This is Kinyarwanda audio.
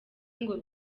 ngo